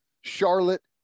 Charlotte